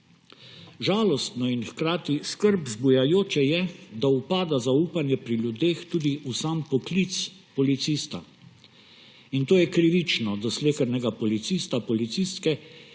Žalostno in hkrati skrb vzbujajoče je, da upada zaupanje pri ljudeh tudi v sam poklic policista, in to je krivično do slehernega policista, policistke,